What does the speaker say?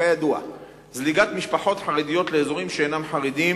כידוע, זליגת משפחות חרדיות לאזורים שאינם חרדיים